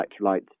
electrolytes